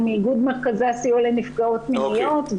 עם איגוד מרכזי הסיוע לנפגעות תקיפה מינית.